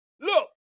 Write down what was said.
look